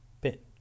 bit